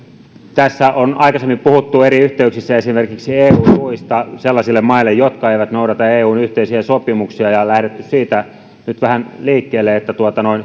tässä on aikaisemmin puhuttu eri yhteyksissä esimerkiksi eu tuista sellaisille maille jotka eivät noudata eun yhteisiä sopimuksia nyt on lähdetty siitä vähän liikkeelle että